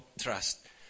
trust